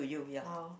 oh